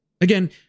Again